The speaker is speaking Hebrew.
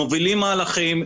מובילים מהלכים,